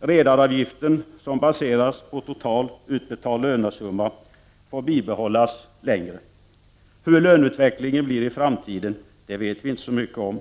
Redaravgiften, som baseras på total utbetald lönesumma, får bibehållas längre. Hur löneutvecklingen blir i framtiden vet vi inte så mycket om.